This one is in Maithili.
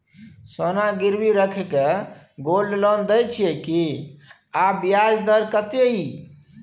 सोना गिरवी रैख के गोल्ड लोन दै छियै की, आ ब्याज दर कत्ते इ?